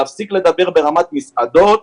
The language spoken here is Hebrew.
להפסיק לדבר ברמת מסעדות,